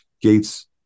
Gates